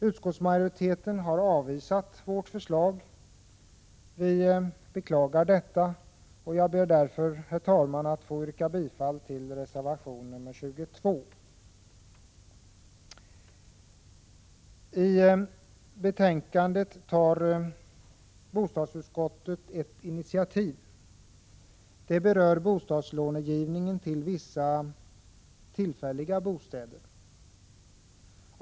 Utskottsmajoriteten har avvisat vårt förslag. Vi beklagar detta. Jag ber därför, herr talman, att få yrka bifall till reservation nr 22. Bostadsutskottet tar ett initiativ i betänkandet. Det berör långivningen till vissa tillfälliga bostäder.